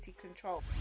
control